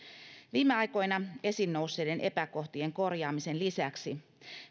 viime aikoina esiin nousseiden epäkohtien korjaamisen lisäksi